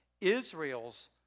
Israel's